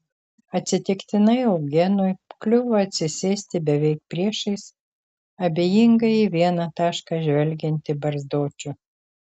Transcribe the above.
atsitiktinai eugenui kliuvo atsisėsti beveik priešais abejingai į vieną tašką žvelgiantį barzdočių